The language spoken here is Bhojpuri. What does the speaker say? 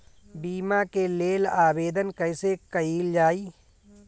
बीमा के लेल आवेदन कैसे कयील जाइ?